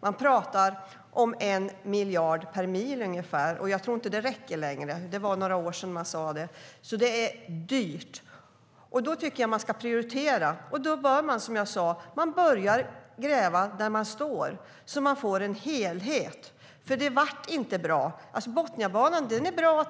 Man talar om ungefär 1 miljard per mil. Jag tror inte att det räcker längre - det var några år sedan man sade det. Det är alltså dyrt. Då tycker jag att man ska prioritera. Man bör som sagt gräva där man står så att man får en helhet, för det blev inte bra. Botniabanan är bra